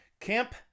camp